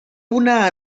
una